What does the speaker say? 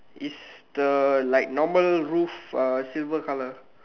is the like normal roof uh silver colour